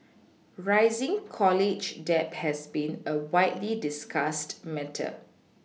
rising college debt has been a widely discussed matter